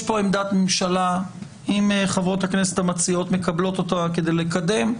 יש כאן עמדת ממשלה ואם חברות הכנסת המציעות מקבלות אותה כדי לקדם,